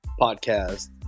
podcast